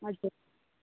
हजुर